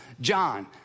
John